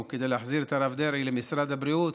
כדי להחזיר את הרב דרעי למשרד הבריאות.